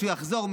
כשהוא יחזור,